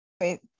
wait